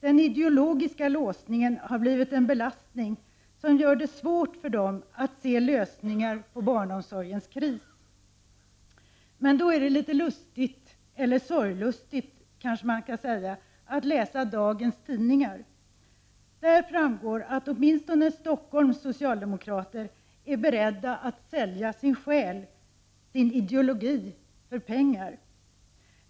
Den ideologiska låsningen har blivit en belastning som gör det svårt att se lösningar på barnomsorgens kris. Men då är det litet lustigt, eller sorglustigt kanske man kan säga, att läsa dagens tidningar. Där framgår att åtminstone Stockholms socialdemokrater är beredda att sälja sin själ, sin ideologi, för pengar.